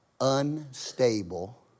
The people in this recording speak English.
unstable